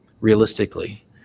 realistically